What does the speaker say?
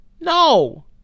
No